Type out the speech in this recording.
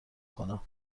کنم